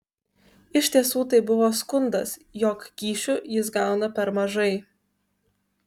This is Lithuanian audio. iš tiesų tai buvo skundas jog kyšių jis gauna per mažai